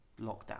lockdown